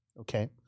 Okay